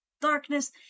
darkness